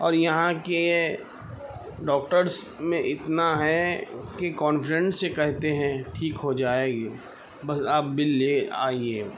اور یہاں کے ڈاکٹرس میں اتنا ہے کہ کانفیڈینس سے کہتے ہیں ٹھیک ہو جائے گی بس آپ بل لے آئیے